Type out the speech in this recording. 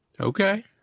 Okay